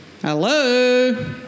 hello